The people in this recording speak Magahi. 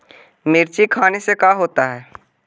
मिर्ची खाने से का होता है?